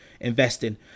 investing